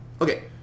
Okay